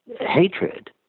hatred